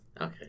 Okay